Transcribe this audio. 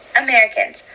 Americans